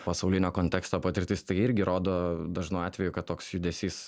pasaulinio konteksto patirtis tai irgi rodo dažnu atveju kad toks judesys